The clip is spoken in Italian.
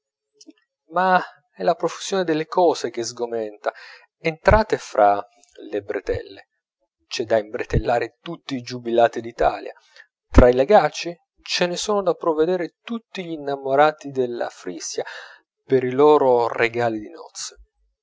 ma è la profusione delle cose che sgomenta entrate fra le bretelle c'è da imbretellare tutti i giubilati d'italia tra i legacci ce ne sono da provvedere tutti gli innamorati della frisia per i loro regali di nozze